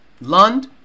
Lund